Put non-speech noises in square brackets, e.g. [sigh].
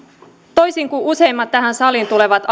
toisin kuin useimmissa tähän saliin tulevissa [unintelligible]